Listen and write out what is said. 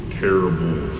terrible